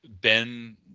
Ben